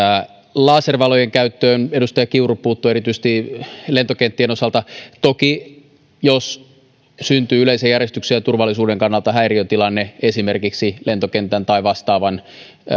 laservalojen käyttöön edustaja kiuru puuttui erityisesti lentokenttien osalta toki jos syntyy yleisen järjestyksen ja turvallisuuden kannalta häiriötilanne esimerkiksi lentokentän tai vastaavan